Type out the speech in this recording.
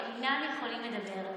שאינם יכולים לדבר.